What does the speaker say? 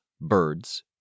birds